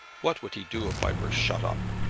what would he do if i were shut up?